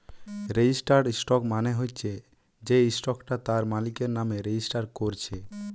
registered stock মানে হচ্ছে যেই স্টকটা তার মালিকের নামে রেজিস্টার কোরছে